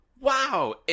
wow